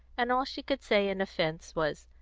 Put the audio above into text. and all she could say in offence was,